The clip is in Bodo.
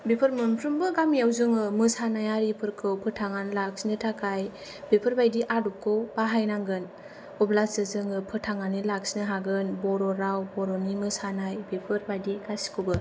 बेफोर मोनफ्रोमबो गामियाव जोङो मोसानाय आरिफोरखौ फोथांनानै लाखिनो थाखाय बेफोरबादि आदबखो बाहायनांगोन अब्लासो जोङो फोथांनानै लाखिनो हागोन बर'नि बर' राव बर' मोसानाय बेफोरबादि गासिखौबो